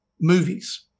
movies